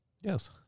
Yes